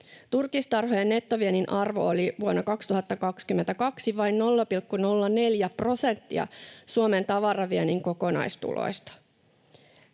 Turkistarhojen nettoviennin arvo oli vuonna 2022 vain 0,04 prosenttia Suomen tavaraviennin kokonaistuloista.